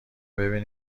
ببین